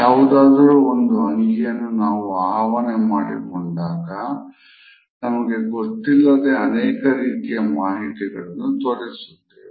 ಯಾವುದಾದರೂ ಒಂದು ಅಂಗಿಯನ್ನು ನಾವು ಆವಾಹನೆ ಮಾಡಿಕೊಂಡಾಗ ನಮಗೆ ಗೊತ್ತಿಲ್ಲದೆ ಅನೇಕ ರೀತಿಯ ಮಾಹಿತಿಗಳನ್ನು ತೋರಿಸುತ್ತೇವೆ